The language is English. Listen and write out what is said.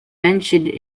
mentioned